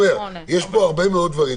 לכן אני אומר: יש פה הרבה מאוד דברים.